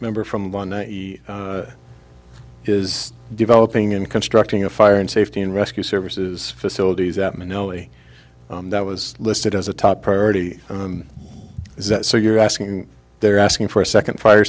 member from one that he is developing in constructing a fire in safety and rescue services facilities that manelli that was listed as a top priority is that so you're asking they're asking for a second fire